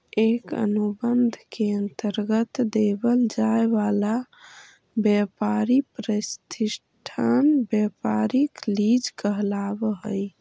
एक अनुबंध के अंतर्गत देवल जाए वाला व्यापारी प्रतिष्ठान व्यापारिक लीज कहलाव हई